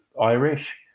Irish